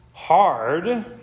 Hard